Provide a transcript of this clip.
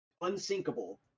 unsinkable